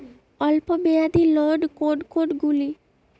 অল্প মেয়াদি লোন কোন কোনগুলি?